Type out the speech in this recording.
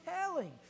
telling